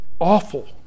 awful